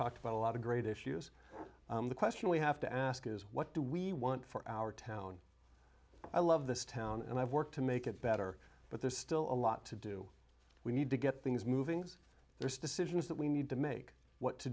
talked about a lot of great issues the question we have to ask is what do we want for our town i love this town and i've worked to make it better but there's still a lot to do we need to get things moving there's decisions that we need to make what to